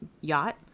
yacht